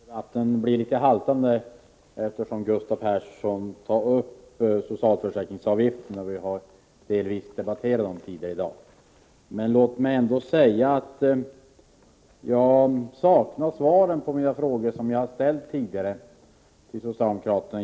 Herr talman! Debatten blir litet haltande, eftersom Gustav Persson tar upp socialförsäkringsavgifterna, som vi redan tidigare i dag delvis har diskuterat. Låt mig ändå framhålla att jag efterlyser svaren på de frågor som jag tidigare i debatten har ställt till socialdemokraterna.